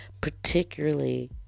particularly